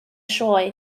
sioe